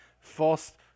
False